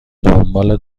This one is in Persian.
دنبال